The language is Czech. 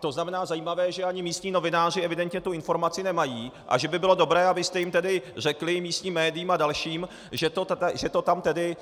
To znamená, zajímavé je, že ani místní novináři evidentně tu informaci nemají a že by bylo dobré, abyste tedy řekli místním médiím a dalším, že to tam tedy